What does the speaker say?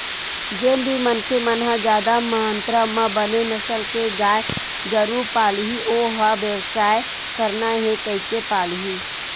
जेन भी मनखे मन ह जादा मातरा म बने नसल के गाय गरु पालही ओ ह बेवसायच करना हे कहिके पालही